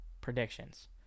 predictions